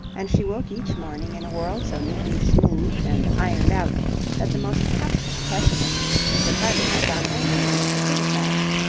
and she woke each morning in a world so neatly smoothed and ironed out that the most captious pessimist could hardly have found anything in it to criticize.